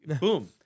Boom